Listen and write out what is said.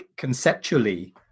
Conceptually